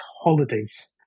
holidays